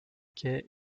quai